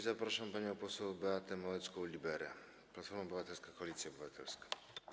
Zapraszam panią poseł Beatę Małecką-Liberę, Platforma Obywatelska - Koalicja Obywatelska.